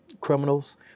criminals